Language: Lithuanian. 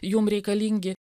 jum reikalingi